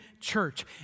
church